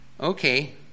Okay